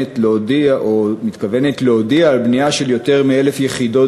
מתכוונת להודיע על בנייה של יותר מ-1,000 יחידות